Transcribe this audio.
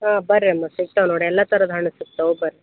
ಹಾಂ ಬನ್ರಿ ಅಮ್ಮ ಸಿಗ್ತಾವೆ ನೋಡಿ ಎಲ್ಲ ಥರದ ಹಣ್ಣು ಸಿಗ್ತಾವು ಬನ್ರಿ